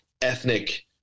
ethnic